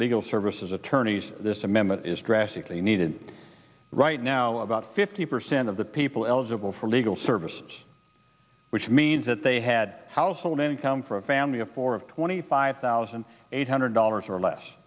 legal services attorneys this amendment is drastically needed right now about fifty percent of the people eligible for legal services which means that they had household income for a family of four of twenty five thousand eight hundred dollars or less